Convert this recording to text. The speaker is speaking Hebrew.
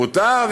פוטר,